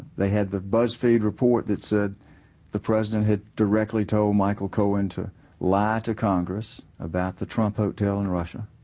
they had the buzzfeed report that said the president had directly told michael cohen to lie to congress about the trump hotel in russia,